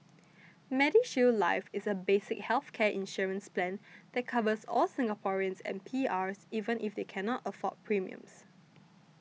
MediShield Life is a basic healthcare insurance plan that covers all Singaporeans and PRs even if they cannot afford premiums